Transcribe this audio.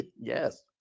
Yes